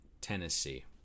Tennessee